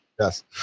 yes